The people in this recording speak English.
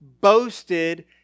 boasted